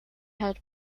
had